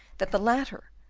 that the latter,